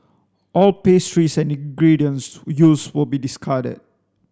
all pastries and ingredients used will be discarded